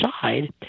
side